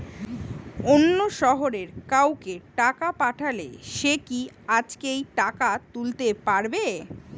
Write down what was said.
অন্য শহরের কাউকে টাকা পাঠালে সে কি আজকেই টাকা তুলতে পারবে?